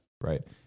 Right